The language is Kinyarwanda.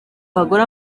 abagore